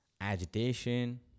agitation